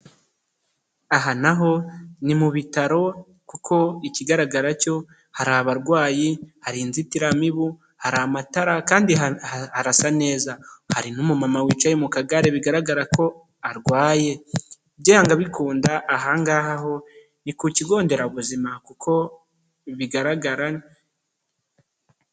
Aha naho ni mu bitaro kuko ikigaragara cyo hari abarwayi, hari inzitiramibu, hari amatara, kandi harasa neza, hari n'umuma wicaye mu kagare bigaragara ko arwaye, byanga bikunda aha ngaha ho ni ku kigo nderabuzima kuko bigaragara.